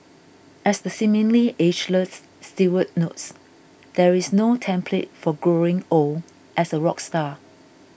as the seemingly ageless Stewart notes there is no template for growing old as a rock star